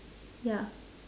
ya